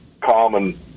common